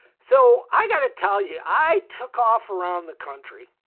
so i gotta tell you, i took off around the country.